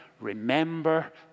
remember